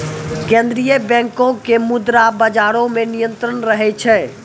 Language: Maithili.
केन्द्रीय बैंको के मुद्रा बजारो मे नियंत्रण रहै छै